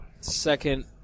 second